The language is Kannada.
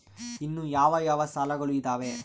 ಇನ್ನು ಯಾವ ಯಾವ ಸಾಲಗಳು ಇದಾವೆ?